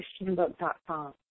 christianbook.com